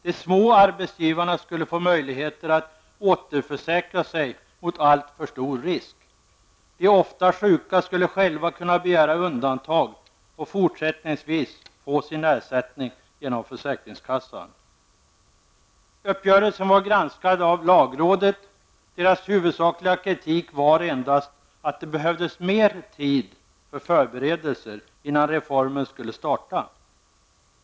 De små arbetsgivarna skulle få möjligheter att återförsäkra sig mot alltför stor risk. De ofta sjuka skulle själva kunna begära undantag och fortsättningsvis få sin ersättning genom försäkringskassan. Uppgörelsen var granskad av lagrådet. Lagrådets huvudsakliga kritik var endast att det behövs mer tid för förberedelser, innan reformen skulle kunna genomföras.